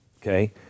okay